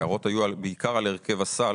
היו בעיקר על הרכב הסל,